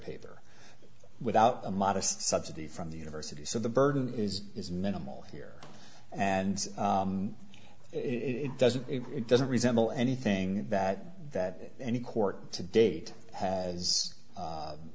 paper without a modest subsidy from the university so the burden is is minimal here and it doesn't it doesn't resemble anything that that any court to date has